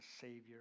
savior